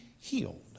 healed